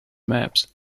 maps